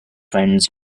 friends